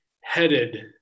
headed